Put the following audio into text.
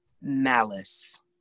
malice